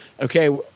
okay